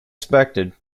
expected